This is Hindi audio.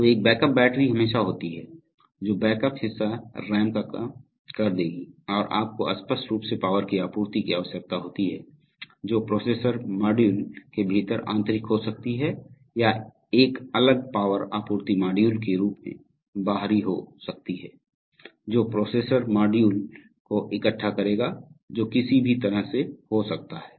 तो एक बैकअप बैटरी हमेशा होती है जो बैकअप हिस्सा रैम का कर देगी और आपको स्पष्ट रूप से पावर की आपूर्ति की आवश्यकता होती है जो प्रोसेसर मॉड्यूल के भीतर आंतरिक हो सकती है या एक अलग पावर आपूर्ति मॉड्यूल के रूप में बाहरी हो सकती है जो प्रोसेसर मॉड्यूल को इकट्ठा करेगा जो किसी भी तरह से हो सकता है